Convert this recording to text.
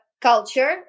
culture